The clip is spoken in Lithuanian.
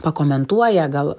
pakomentuoja gal